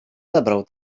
zabrał